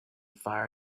fire